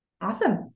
Awesome